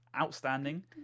outstanding